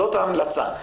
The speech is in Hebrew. זאת ההמלצה'.